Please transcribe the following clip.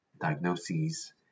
diagnoses